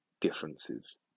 differences